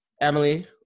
Emily